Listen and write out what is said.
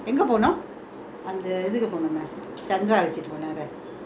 then we spend time there was very nice in the எங்க போனோ:engga pono